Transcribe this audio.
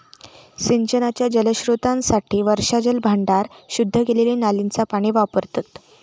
सिंचनाच्या जलस्त्रोतांसाठी वर्षाजल भांडार, शुद्ध केलेली नालींचा पाणी वापरतत